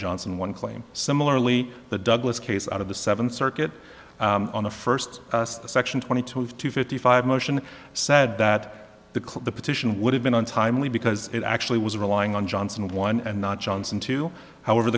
johnson one claim similarly the douglas case out of the seventh circuit on the first section twenty two of two fifty five motion said that the petition would have been on timely because it actually was relying on johnson one and not johnson to however